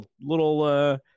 little